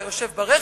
אתה יושב ברכב,